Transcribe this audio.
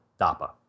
DAPA